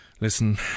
Listen